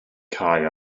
cau